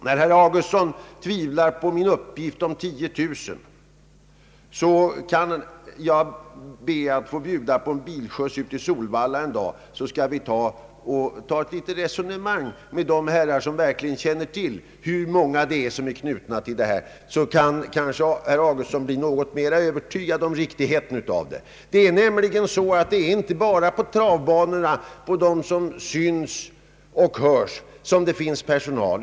Herr Augustsson tvivlar på min uppgift om 10 000 personer. Jag skall be att få bjuda på en bilskjuts ut till Solvalla, så kan vi föra ett litet resonemang med de herrar som verkligen känner till hur många som är knutna till detta. Då kan herr Augustsson kanske bli något mera övertygad om riktigheten av denna uppgift. Det är nämligen inte bara på travbanorna, där vederbörande syns och hörs, som det finns personal.